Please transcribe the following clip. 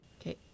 okay